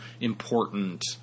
important